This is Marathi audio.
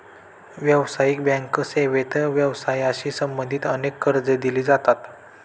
व्यावसायिक बँक सेवेत व्यवसायाशी संबंधित अनेक कर्जे दिली जातात